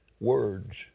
Words